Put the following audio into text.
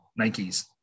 nikes